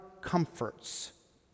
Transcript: comforts